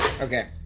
Okay